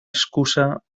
excusa